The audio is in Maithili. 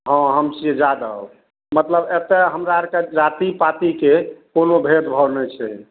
हँ हम छिए यादव मतलब एतए हमरा आओरके जाति पातिके कोनो भेदभाव नहि छै